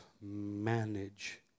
manage